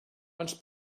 ens